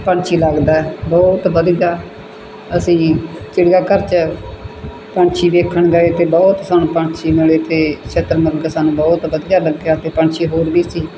ਪੰਛੀ ਲੱਗਦਾ ਬਹੁਤ ਵਧੀਆ ਅਸੀਂ ਚਿੜੀਆ ਘਰ 'ਚ ਪੰਛੀ ਵੇਖਣ ਗਏ ਅਤੇ ਬਹੁਤ ਸਾਨੂੰ ਪੰਛੀ ਮਿਲੇ ਅਤੇ ਛਤਰ ਮੁਰਗ ਸਾਨੂੰ ਬਹੁਤ ਵਧੀਆ ਲੱਗਿਆ ਅਤੇ ਪੰਛੀ ਹੋਰ ਵੀ ਸੀ